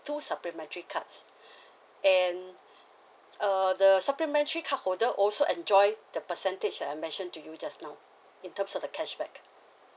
two supplementary cards and uh the supplementary card holder also enjoy the percentage that I mentioned to you just now in terms of the cashback